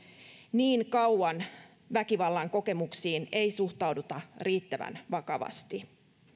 niin kauan väkivallan kokemuksiin ei suhtauduta riittävän vakavasti